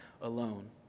alone